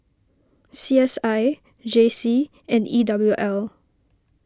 C S I J C and E W L